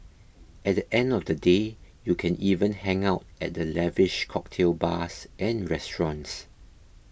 at the end of the day you can even hang out at the lavish cocktail bars and restaurants